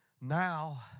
Now